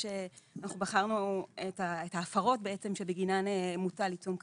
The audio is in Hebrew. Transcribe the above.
אנחנו בחרנו את ההפרות בעצם שבגינן מוטל עיצום כספי,